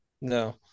No